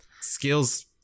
skills